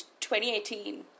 2018